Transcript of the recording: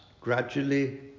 gradually